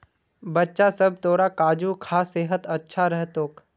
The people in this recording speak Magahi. बच्चा सब, तोरा काजू खा सेहत अच्छा रह तोक